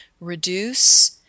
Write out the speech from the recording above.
reduce